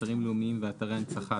אתרים לאומיים ואתרי הנצחה,